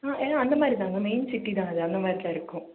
ஆ அந்த மாதிரிதாங்க main city தான் அது அந்த மாதிரிதான் இருக்கும்